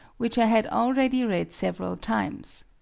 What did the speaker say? which i had already read several times.